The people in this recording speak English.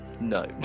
No